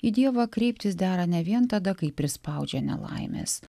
į dievą kreiptis dera ne vien tada kai prispaudžia nelaimės